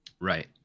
right